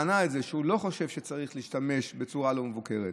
וענה שהוא לא חושב שצריך להשתמש בזה בצורה לא מבוקרת,